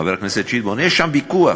חבר הכנסת שטבון, יש שם ויכוח,